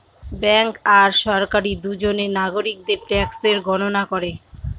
bank আর সরকারি দুজনে নাগরিকদের ট্যাক্সের গণনা করে